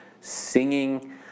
singing